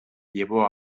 llevó